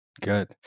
Good